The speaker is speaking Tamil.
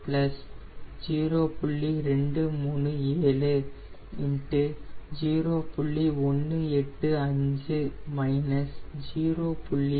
237 0